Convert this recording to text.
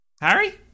Harry